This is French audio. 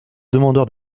demandeurs